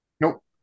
Nope